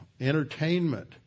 entertainment